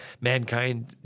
Mankind